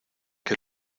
que